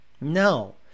No